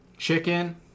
Chicken